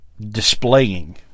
displaying